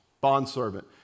bondservant